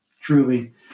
truly